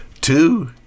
Two